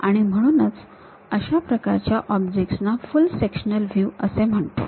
आणि म्हणूनच आपण अशा प्रकारच्या ऑब्जेक्ट्स ना फुल सेक्शनल व्ह्यू असे म्हणतो